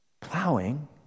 Plowing